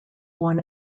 won